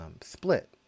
split